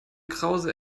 krause